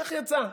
כך יצא,